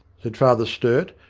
said father sturt,